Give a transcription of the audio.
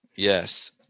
Yes